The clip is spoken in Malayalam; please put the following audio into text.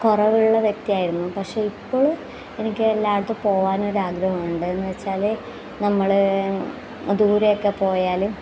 കുറവുള്ള വ്യക്തിയായിരുന്നു പക്ഷേ ഇപ്പോൾ എനിക്ക് എല്ലായിടത്തും പോവനൊരാഗ്രഹമുണ്ട് എന്ന് വെച്ചാൽ നമ്മൾ ദൂരെയൊക്കെ പോയാൽ